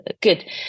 good